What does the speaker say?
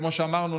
כמו שאמרנו,